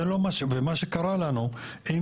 מה שקרה לנו עם